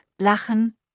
Lachen